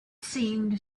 seemed